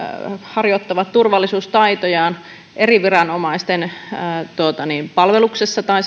harjoittavat turvallisuustaitojaan eri viranomaisten palveluksessa tai